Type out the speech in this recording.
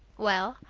well,